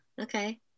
Okay